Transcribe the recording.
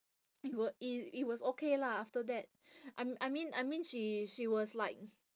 it w~ it it was okay lah after that I I mean I mean she she was like